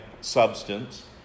substance